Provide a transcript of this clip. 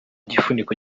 gifuniko